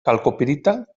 calcopirita